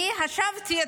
אני חשבתי,